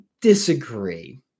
disagree